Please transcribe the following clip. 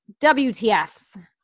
WTFs